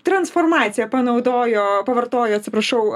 transformaciją panaudojo pavartojo atsiprašau